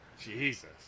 Jesus